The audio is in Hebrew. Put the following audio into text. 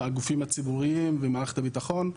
הגופים הציבוריים ומערכת הביטחון,